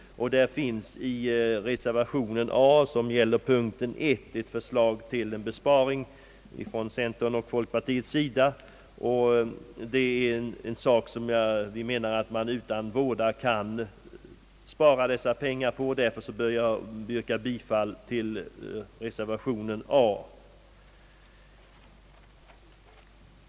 På denna punkt finns det en reservation a som innefattar ett förslag till besparing från centerns och folkpartiets sida. Vi anser att det här finns en möjlighet att utan våda spara pengar. Av denna anledning yrkar jag bifall till reservation a.